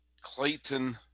Clayton